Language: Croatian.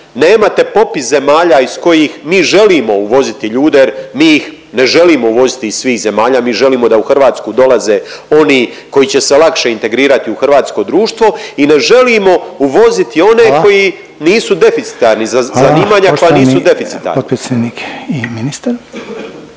nemate popis zemalja iz kojih mi želimo uvoziti ljude jer mi ih ne želimo uvoziti iz svih zemalja, mi želimo da u Hrvatsku dolaze oni koji će se lakše integrirati u hrvatsko društvo i ne želimo uvoziti one …/Upadica Reiner: Hvala./… koji nisu deficitarnih